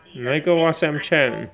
哪一个 WhatsApp chat